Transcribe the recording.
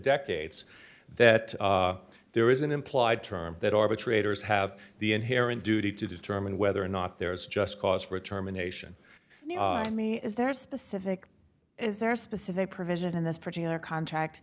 decades that there is an implied term that arbitrators have the inherent duty to determine whether or not there is just cause for a terminations i mean is there a specific is there a specific provision in this particular contract